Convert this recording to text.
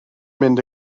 mynd